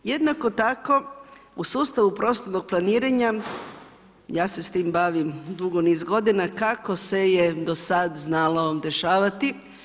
Jednako tako u sustavu prostornog planiranja, ja se s tim bavim dugi niz godina, kako se do sad znalo dešavati.